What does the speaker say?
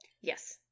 Yes